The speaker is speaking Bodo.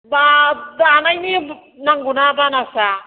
दा दानायनि नांगौ ना बानासआ